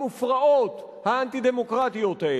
המופרעות, האנטי-דמוקרטיות האלה.